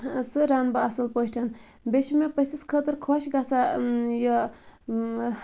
سُہ رَنہٕ بہٕ اصٕل پٲٹھۍ بیٚیہِ چھ مےٚ پٔژھِس خٲطرٕ خۄش گَژھان